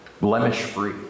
blemish-free